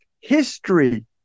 history